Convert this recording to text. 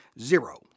zero